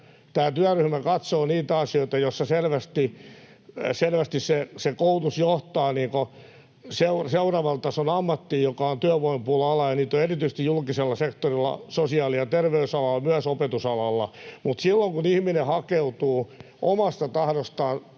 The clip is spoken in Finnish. työryhmä katsoo niitä asioita, joissa selvästi se koulutus johtaa seuraavan tason ammattiin, joka on työvoimapula-alaa, ja niitä on erityisesti julkisella sektorilla sosiaali- ja terveysalalla, myös opetusalalla. Mutta silloin, kun ihminen hakeutuu omasta tahdostaan